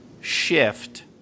shift